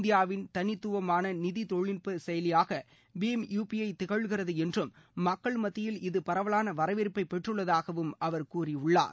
இந்தியாவின் தனித்துவமான நிதி தொழில்நுட்ப செயலியாக பீம் யு பி ஐ திகழ்கிறது என்றும் மக்கள் மத்தியில் இது பரவலான வரவேற்பை பெற்றுள்ளதாகவும் அவர் கூறியுள்ளார்